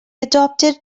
adopted